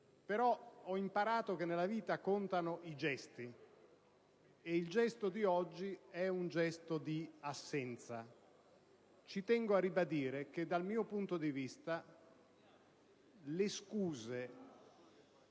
Però, ho imparato che nella vita contano i gesti, ed il gesto di oggi è di assenza. Ci tengo a ribadire che dal mio punto di vista le scuse